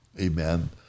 amen